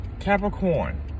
Capricorn